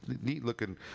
neat-looking